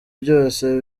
byose